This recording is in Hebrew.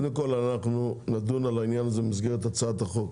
אנחנו נדון את העניין הזה במסגרת הצעת החוק.